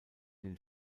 den